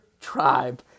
tribe